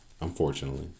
unfortunately